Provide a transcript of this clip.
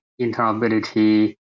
interoperability